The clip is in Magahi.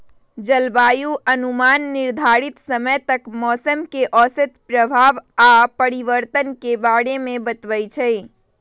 जलवायु अनुमान निर्धारित समय तक मौसम के औसत प्रभाव आऽ परिवर्तन के बारे में बतबइ छइ